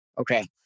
Okay